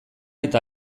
eta